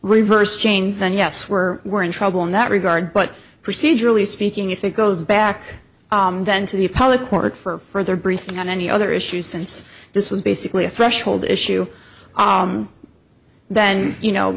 reverse chains then yes we're we're in trouble in that regard but procedurally speaking if it goes back then to the appellate court for further briefing on any other issues since this was basically a threshold issue then you know